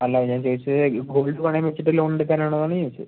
അല്ല ഞാൻ ചോദിച്ചത് ഈ ഗോൾഡ് പണയം വെച്ചിട്ട് ലോൺ എടുക്കാനാണോന്നാണ് ചോദിച്ചത്